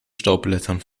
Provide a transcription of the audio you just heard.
staubblättern